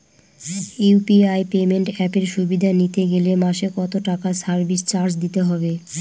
UPI payment অ্যাপের সুবিধা নিতে গেলে মাসে কত টাকা সার্ভিস চার্জ দিতে হবে?